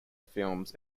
films